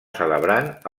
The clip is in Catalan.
celebrant